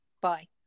Bye